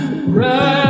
Right